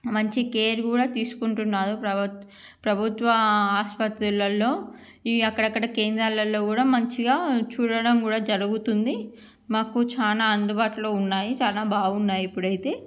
మంచి కేర్ కూడా తీసుకుంటున్నారు ప్రభుత్వ ప్రభుత్వ ఆసుపత్రులలో ఈ అక్కడ అక్కడ కేంద్రాలలో కూడా మంచిగా చూడడం కూడా జరుగుతుంది మాకు చాలా అందుబాటులో ఉన్నాయి చాలా బాగున్నాయి ఇప్పుడు అయితే